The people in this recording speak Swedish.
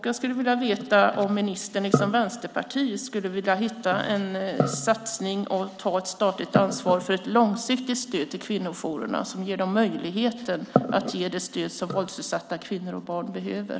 Jag skulle vilja veta om ministern liksom Vänsterpartiet skulle vilja hitta en satsning och ta ett statligt ansvar för ett långsiktigt stöd till kvinnojourerna som ger dem möjligheten att ge det stöd som våldsutsatta kvinnor och barn behöver.